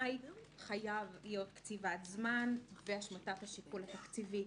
חייבת להיות קציבת זמן והשמטת השיקול התקציבי.